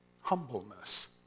humbleness